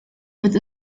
with